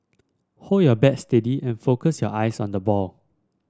hold your bat steady and focus your eyes on the ball